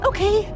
Okay